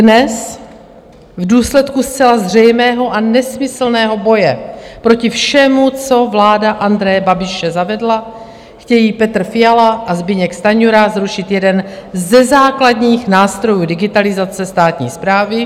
Dnes v důsledku zcela zřejmého a nesmyslného boje proti všemu, co vláda Andreje Babiše zavedla, chtějí Petr Fiala a Zbyněk Stanjura zrušit jeden ze základních nástrojů digitalizace státní správy.